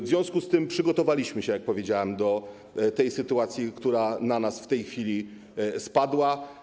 W związku z tym przygotowaliśmy się, jak powiedziałem, do tej sytuacji, która nas w tej chwili spotkała.